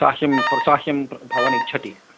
सहाय्यं प्रसहाय्यं भवान् इच्छति